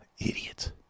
Idiot